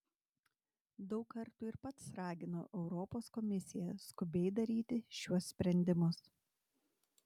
daug kartų ir pats raginau europos komisiją skubiai daryti šiuos sprendimus